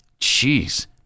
Jeez